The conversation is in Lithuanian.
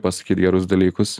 pasakyt gerus dalykus